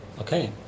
Okay